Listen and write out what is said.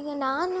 ಈಗ ನಾನು